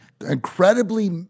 incredibly